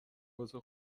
واسه